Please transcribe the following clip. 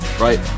Right